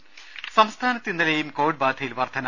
രുഭ സംസ്ഥാനത്ത് ഇന്നലെയും കോവിഡ് ബാധയിൽ വർധന